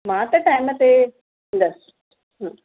मां त टाइम ते ईंदसि